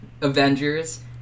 Avengers